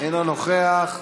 אינו נוכח,